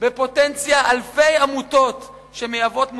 בפוטנציה אלפי עמותות שמייבאות מוצרים,